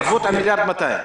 ערבות על 1.2 מיליארד.